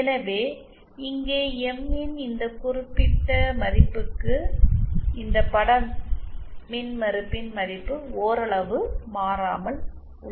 எனவே இங்கே எம் ன் இந்த குறிப்பிட்ட மதிப்புக்கு இந்த பட மின்மறுப்பின் மதிப்பு ஓரளவு மாறாமல் உள்ளது